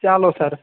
چلو سَر